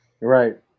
Right